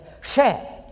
share